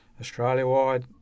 Australia-wide